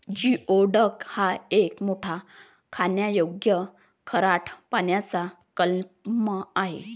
geoduck हा एक मोठा खाण्यायोग्य खारट पाण्याचा क्लॅम आहे